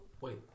wait